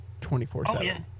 24/7